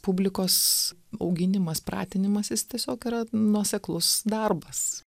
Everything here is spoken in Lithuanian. publikos auginimas pratinimas jis tiesiog yra nuoseklus darbas